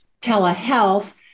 telehealth